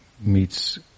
meets